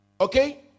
okay